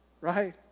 Right